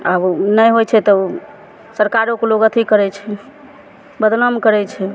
आब नहि होइ छै तऽ सरकारोके लोग अथी करय छै बदनाम करय छै